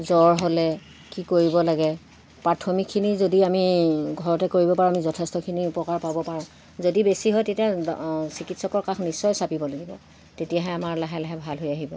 জ্বৰ হ'লে কি কৰিব লাগে প্ৰাথমিক খিনি যদি আমি ঘৰতে কৰিব পাৰোঁ আমি যথেষ্টখিনি উপকাৰ পাব পাৰোঁ যদি বেছি হয় তেতিয়া চিকিৎসকৰ কাষ নিশ্চয় চাপিব লাগিব তেতিয়াহে আমাৰ লাহে লাহে ভাল হৈ আহিব